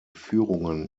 führungen